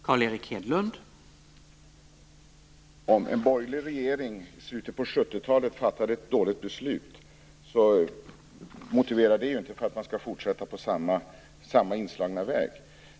Herr talman! Om en borgerlig regering i slutet av 1970-talet fattade ett dåligt beslut motiverar det inte att man skall fortsätta på samma väg som man slagit in på.